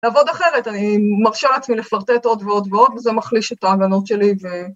לעבוד אחרת, אני מרשה לעצמי לפרטט עוד ועוד ועוד וזה מחליש את ההגנות שלי ו...